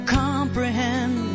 comprehend